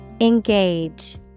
Engage